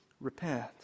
repent